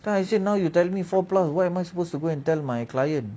then I said now you tell me four plus what am I supposed to go and tell my client